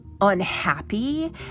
unhappy